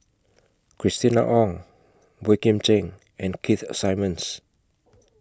Christina Ong Boey Kim Cheng and Keith Simmons